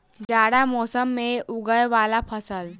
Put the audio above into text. जाड़ा मौसम मे उगवय वला फसल?